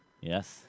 yes